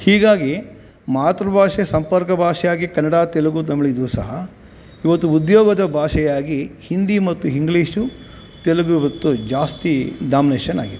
ಹೀಗಾಗಿ ಮಾತೃ ಭಾಷೆ ಸಂಪರ್ಕ ಭಾಷೆ ಆಗಿ ಕನ್ನಡ ತೆಲುಗು ತಮಿಳ್ ಇದ್ದರೂ ಸಹ ಇವತ್ತು ಉದ್ಯೋಗದ ಭಾಷೆಯಾಗಿ ಹಿಂದಿ ಮತ್ತು ಹಿಂಗ್ಲೀಷು ತೆಲುಗು ಇವತ್ತು ಜಾಸ್ತಿ ಡಾಮ್ನೇಷನ್ ಆಗಿದೆ